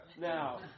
now